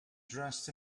dressed